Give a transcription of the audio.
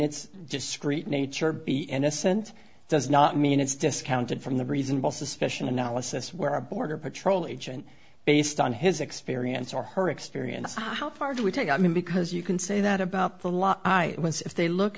its discreet nature be innocent does not mean it's discounted from the reasonable suspicion analysis where a border patrol agent based on his experience or her experience how far do we take i mean because you can say that about the law i was if they look